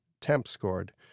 temp-scored